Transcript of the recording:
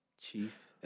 Chief